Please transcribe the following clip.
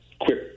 quick